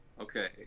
Okay